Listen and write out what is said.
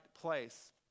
place